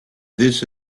this